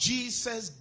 Jesus